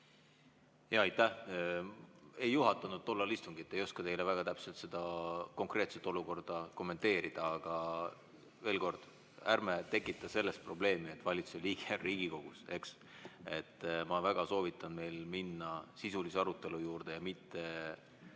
Aitäh! Ma ei juhatanud tollal istungit, ei oska teile väga täpselt seda konkreetset olukorda kommenteerida. Aga veel kord: ärme tekitame sellest probleemi, et valitsuse liige on Riigikogus. Ma väga soovitan minna sisulise arutelu juurde ja mitte